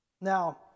Now